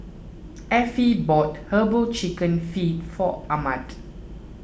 Affie bought Herbal Chicken Feet for Ahmed